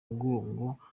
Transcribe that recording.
mugongo